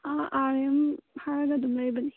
R M ꯍꯥꯏꯔꯒ ꯑꯗꯨꯝ ꯂꯩꯕꯅꯤ